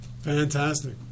Fantastic